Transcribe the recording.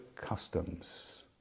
customs